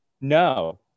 No